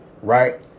right